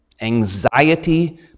anxiety